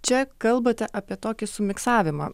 čia kalbate apie tokį sumiksavimą